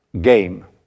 game